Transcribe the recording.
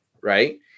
Right